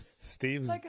Steve's